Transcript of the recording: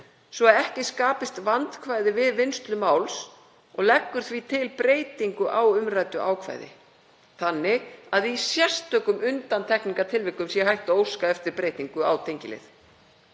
svo ekki skapist vandkvæði við vinnslu máls. Því er lögð til breyting á umræddu ákvæði þannig að í sérstökum undantekningartilvikum sé hægt að óska eftir breytingu á tengilið.